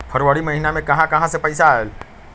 फरवरी महिना मे कहा कहा से पैसा आएल?